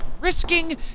risking